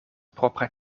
propra